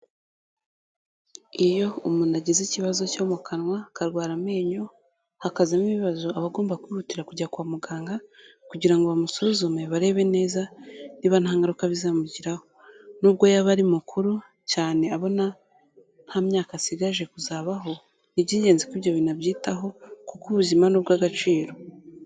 Iyo umuntu agize ikibazo cyo mu kanwa akarwara amenyo, hakazamo ibibazo aba agomba kwihutira kujya kwa muganga kugira ngo bamusuzume barebe neza niba nta ngaruka bizamugiraho. Nubwo yaba ari mukuru cyane abona nta myaka asigaje kuzabaho, ni iby'ingenzi ko ibyo bintu abyitaho kuko ubuzima ni ubw'agaciro.